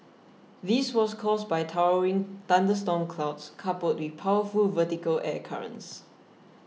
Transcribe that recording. this was caused by towering thunderstorm clouds coupled with powerful vertical air currents